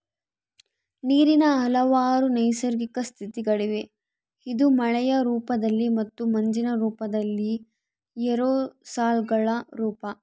ನೀರಿನ ಹಲವಾರು ನೈಸರ್ಗಿಕ ಸ್ಥಿತಿಗಳಿವೆ ಇದು ಮಳೆಯ ರೂಪದಲ್ಲಿ ಮತ್ತು ಮಂಜಿನ ರೂಪದಲ್ಲಿ ಏರೋಸಾಲ್ಗಳ ರೂಪ